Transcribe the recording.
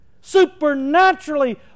supernaturally